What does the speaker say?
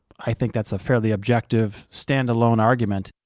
i think that's a fairly objective standalone argument.